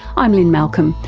i'm lynne malcolm,